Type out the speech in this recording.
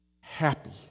happy